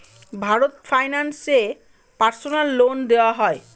Bharat Finance এ personal loan দেওয়া হয়?